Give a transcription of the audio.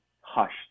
hushed